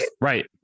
Right